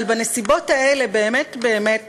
אבל בנסיבות האלה באמת באמת